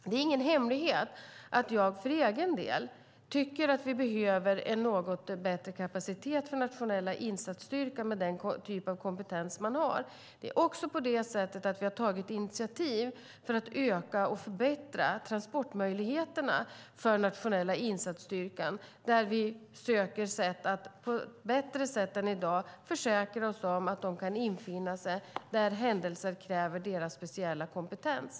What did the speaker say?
Det är ingen hemlighet att jag för egen del tycker att vi behöver en något bättre kapacitet för Nationella insatsstyrkan med den typ av kompetens den har. Vi har också tagit initiativ för att öka och förbättra transportmöjligheterna för Nationella insatsstyrkan där vi söker sätt att på bättre sätt än i dag försäkra oss om att den kan infinna sig där händelser kräver dess speciella kompetens.